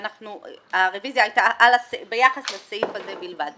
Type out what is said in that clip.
הרביזיה הייתה ביחס לסעיף הזה בלבד.